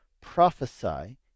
prophesy